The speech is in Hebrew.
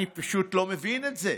אני פשוט לא מבין את זה.